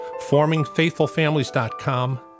formingfaithfulfamilies.com